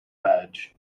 badge